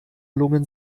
lungen